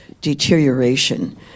deterioration